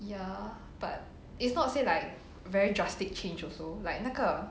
ya but is not say like very drastic change also like 那个